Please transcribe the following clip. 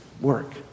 work